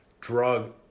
drug